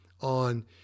on